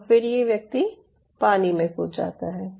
और फिर ये व्यक्ति पानी में कूद जाता है